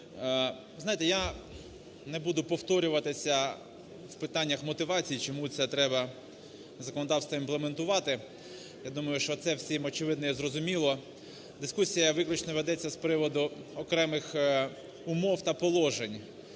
я не буду повторюватися в питаннях мотивації, чому це треба в законодавство імплементувати, я думаю, що це всім є очевидно і зрозуміло. Дискусія виключно ведеться з приводу окремих умов та положень,